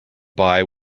buy